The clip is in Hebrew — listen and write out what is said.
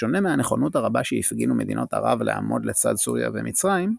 בשונה מהנכונות הרבה שהפגינו מדינות ערב לעמוד לצד סוריה ומצרים,